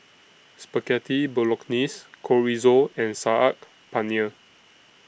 Spaghetti Bolognese Chorizo and Saag Paneer